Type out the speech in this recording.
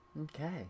Okay